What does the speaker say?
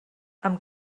amb